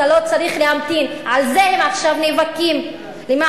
אתה לא צריך להמתין, על זה הם עכשיו נאבקים.